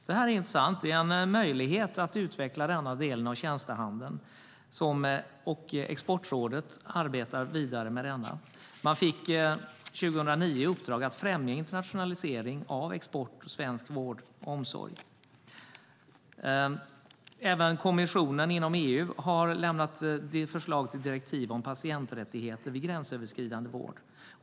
Det är intressant och innebär en möjlighet att utveckla den delen av tjänstehandeln. Exportrådet arbetar vidare med det. Rådet fick 2009 i uppdrag att främja internationalisering och export av svensk vård och omsorg. Även EU-kommissionen har lämnat förslag till direktiv om patienträttigheter vid gränsöverskridande vård.